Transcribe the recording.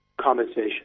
compensation